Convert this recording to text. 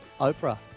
Oprah